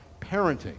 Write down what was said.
parenting